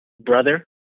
brother